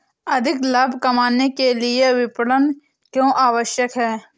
अधिक लाभ कमाने के लिए विपणन क्यो आवश्यक है?